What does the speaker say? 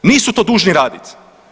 Nisu to dužni raditi.